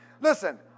Listen